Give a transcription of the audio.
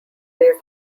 days